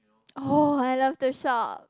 oh I love to shop